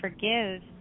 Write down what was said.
forgive